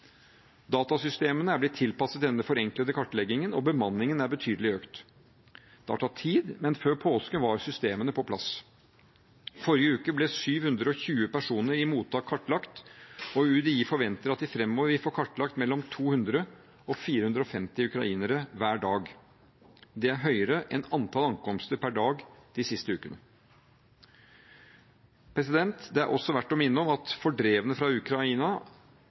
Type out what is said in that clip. Datasystemene er blitt tilpasset denne forenklede kartleggingen, og bemanningen er betydelig økt. Det har tatt tid, men før påske var systemene på plass. Forrige uke ble 720 personer i mottak kartlagt, og UDI forventer at de framover vil få kartlagt mellom 200 og 450 ukrainere hver dag. Det er høyere enn antall ankomster per dag de siste ukene. Det er også verdt å minne om at fordrevne fra Ukraina